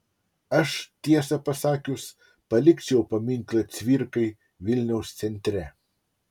aš tiesą pasakius palikčiau paminklą cvirkai vilniaus centre